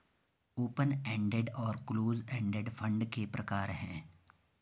open ended और close ended fund के प्रकार हैं